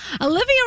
Olivia